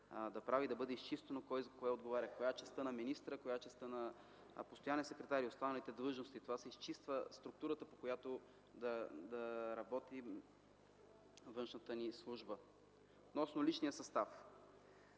да прави, да бъде изчистено: кой за какво отговаря, коя е частта на министъра, коя е частта на постоянния секретар и останалите длъжности. Изчиства се структурата, по която да работи външната ни служба. Относно личния състав,